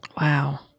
Wow